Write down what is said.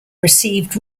received